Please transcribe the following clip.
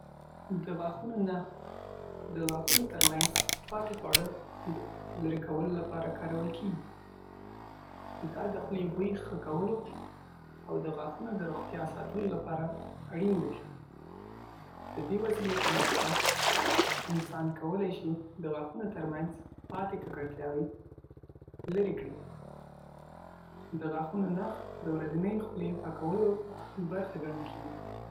د غاښونو نخ د غاښونو ترمنځ پاتې خواړه دلرې کولو لپاره کارول کېږي. دا د خولې بوی ښه کولو او د غاښونو د روغتیا ساتلو لپاره اړین دی. د دې وسیلې په مرسته، انسان کولی شي د غاښونو ترمنځ پاتې ککړتیاوې لرې کړي. د غاښونو نخ د ورځني خولې پاکولو برخه ګڼل کېږي.